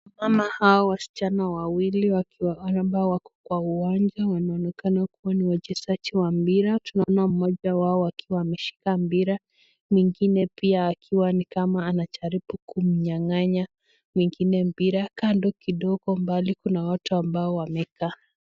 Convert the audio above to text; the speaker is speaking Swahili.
Wanaonekana Hawa Wasichana wawili ambao wako kwa uwanja wanaonekana kuwa ni wachezaji wa mpira, tunaona Mmoja wao akiwa ameshika mpira mwingine pia ni kama anajaribu kumnyanganya mwingine mpira, kando kidogo mbali Kuna watu ambao wamekaa.